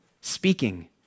speaking